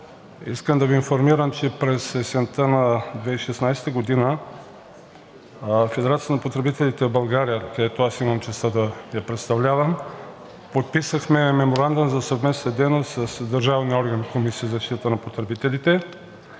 Искам да Ви информирам, че през есента на 2016 г. Федерацията на потребителите в България, която аз имам честта да представлявам, подписахме Меморандум за съвместна дейност с държавния орган Комисията за защита на потребителите.